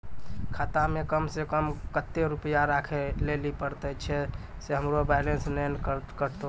खाता मे कम सें कम कत्ते रुपैया राखै लेली परतै, छै सें हमरो बैलेंस नैन कतो?